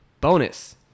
bonus